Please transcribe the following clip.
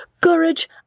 courage